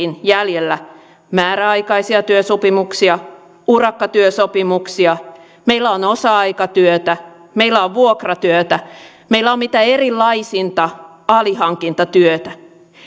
jäljellä määräaikaisia työsopimuksia urakkatyösopimuksia meillä on osa aikatyötä meillä on vuokratyötä meillä on mitä erilaisinta alihankintatyötä